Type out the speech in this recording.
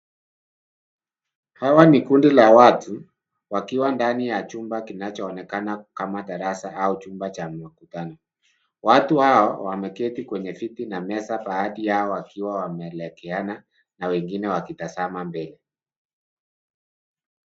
Hawa ni kundi la watu wakiwa ndani ya chumba kinachoonekana kama darasa au chumba cha mikutano. Watu hao wameketi kwenye viti na meza baadhi yao wakiwa wameelekeana na wengine wakitazama mbele.